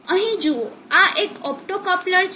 અહીં જુઓ આ એક ઓપ્ટોકપ્લર છે